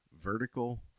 vertical